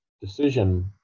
decision